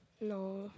No